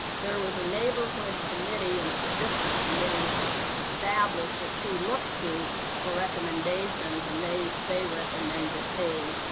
there was a neighborhood committee and a district committee established that she looked to for recommendations, and they they recommended me,